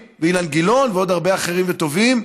ואילן גילאון ועוד הרבה אחרים וטובים,